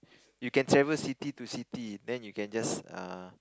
you can travel city to city then you can just err